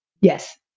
Yes